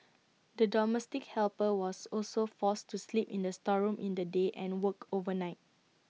the domestic helper was also forced to sleep in the storeroom in the day and worked overnight